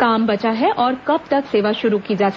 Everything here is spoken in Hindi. काम बचा है और कंब तक सेवा शुरू की जा सकेगी